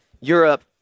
Europe